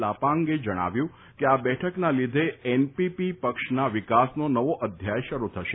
લાપાંગે જણાવ્યું છે કે આ બેઠકના લીધે એનપીપી પક્ષના વિકાસનો નવો અધ્યાય શરૂ થશે